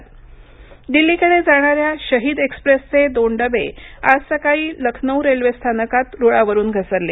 डबे घसरले दिल्लीकडे जाणाऱ्या शहीद एक्सप्रेसचे दोन डबे आज सकाळी लखनौ रेल्वे स्थानकात रुळावरून घसरले